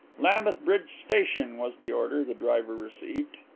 lambeth bridge station, was the order the driver received.